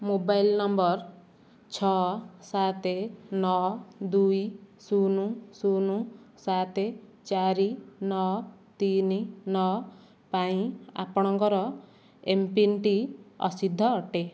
mobile ନମ୍ବର ଛଅ ସାତ ନଅ ଦୁଇ ଶୁନ ଶୁନ ସାତ ଚାରି ନଅ ତିନି ନଅ ପାଇଁ ଆପଣଙ୍କର ଏମ୍ପିନ୍ଟି ଅସିଦ୍ଧ ଅଟେ